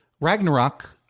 Ragnarok